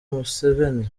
museveni